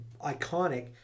iconic